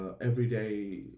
Everyday